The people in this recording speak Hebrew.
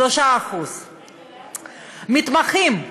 3%. מתמחים,